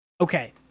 okay